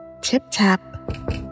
Tip-tap